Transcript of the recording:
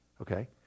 okay